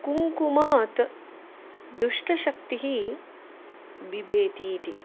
कुम्कुमात् दुष्टशक्तिः बिभेति इति